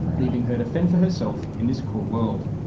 leaving her to fend for herself in this cruel world.